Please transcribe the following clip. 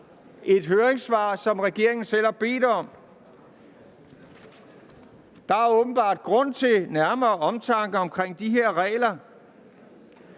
et høringssvar, som regeringen selv har bedt om. Der er åbenbart grund til nærmere omtanke vedrørende de her regler.